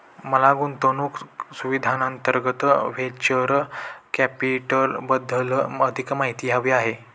मला गुंतवणूक सुविधांअंतर्गत व्हेंचर कॅपिटलबद्दल अधिक माहिती हवी आहे